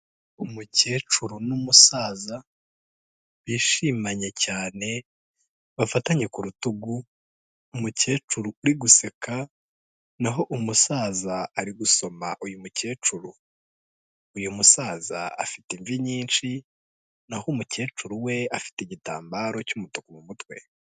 Umukecuru n'umusaza bishimanye cyane, bafatanye ku rutugu, umukecuru uri guseka naho umusaza ari gusoma uyu mukecuru. Uyu musaza afite imvi nyinshi naho umukecuru we afite igitambaro cy'umutuku mu mutwe.